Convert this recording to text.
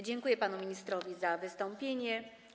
Dziękuję panu ministrowi za wystąpienie.